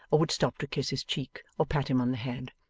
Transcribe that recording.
or would stop to kiss his cheek, or pat him on the head.